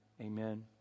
Amen